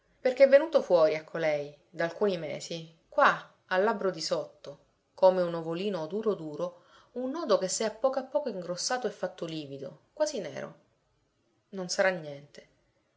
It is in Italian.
perché è venuto fuori a colei da alcuni mesi qua al labbro di sotto come un ovolino duro duro un nodo che s'è a poco a poco ingrossato e fatto livido quasi nero non sarà niente